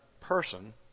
person